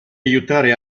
aiutare